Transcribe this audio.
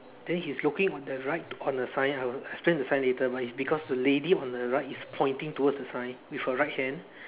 then he is looking on the right on the sign I will explain the sign later but it is because the lady on the right is pointing towards the sign with her right hand